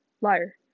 Liar